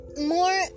more